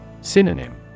Synonym